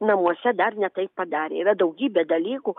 namuose dar ne taip padarė yra daugybė dalykų